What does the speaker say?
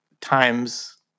times